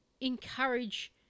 encourage